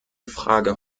frage